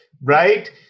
Right